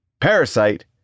Parasite